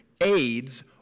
aids